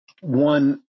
one